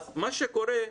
מה שקורה,